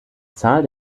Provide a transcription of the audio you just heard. zahl